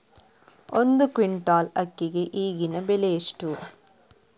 ಒಂದು ಕ್ವಿಂಟಾಲ್ ಅಕ್ಕಿಗೆ ಈಗಿನ ಬೆಲೆ ಎಷ್ಟು?